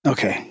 Okay